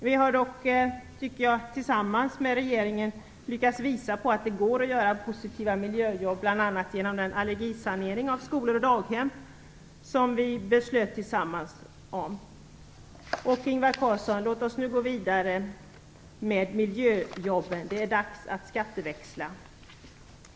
Vi har dock tillsammans med regeringen lyckats visa att det går att genomföra positiva miljöjobb, bl.a. genom den allergisanering av skolor och daghem som vi gemensamt beslutade om. Låt oss, Ingvar Carlsson, nu gå vidare med miljöjobben. Det är dags att skatteväxla!